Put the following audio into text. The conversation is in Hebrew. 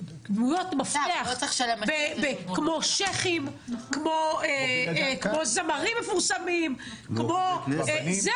דמויות מפתח כמו שייח'ים, כמו זמרים מפורסמים, זאת